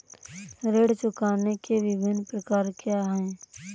ऋण चुकाने के विभिन्न प्रकार क्या हैं?